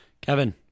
Kevin